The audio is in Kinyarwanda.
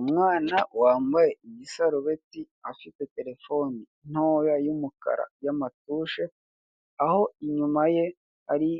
Umwana wambaye isarubeti afite telefoni ntoya y'umukara y'amatushe, aho inyuma ye hari